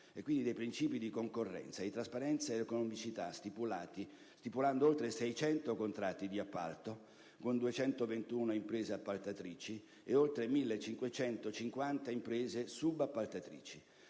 e, quindi, dei principi di concorrenza, trasparenza ed economicità, stipulando oltre 600 contratti di appalto con 221 imprese appaltatrici ed oltre 1.550 imprese subappaltatrici.